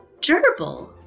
gerbil